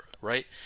right